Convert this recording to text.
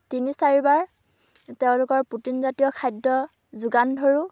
তিনি চাৰিবাৰ তেওঁলোকৰ প্ৰটিনজাতীয় খাদ্য যোগান ধৰোঁ